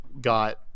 got